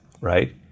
right